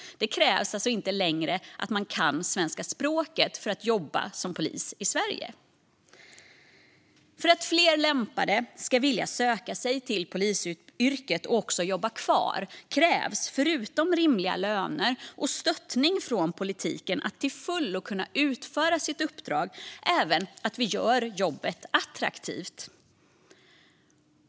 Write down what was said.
Det krävs alltså inte längre att man kan svenska språket för att jobba som polis i Sverige. För att fler lämpade ska vilja söka sig till polisyrket och också jobba kvar krävs, förutom rimliga löner och stöttning från politiken för att till fullo kunna utföra sitt uppdrag, även att vi gör jobbet attraktivt.